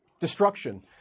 destruction